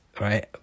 right